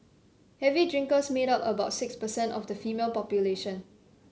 heavy drinkers made up about six percent of the female population